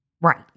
Right